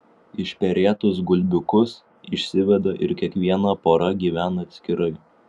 išperėtus gulbiukus išsiveda ir kiekviena pora gyvena atskirai